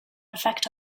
effect